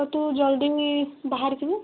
ହଁ ତୁ ଜଲ୍ଦି ବାହାରିଯିବୁ